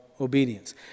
obedience